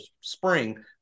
spring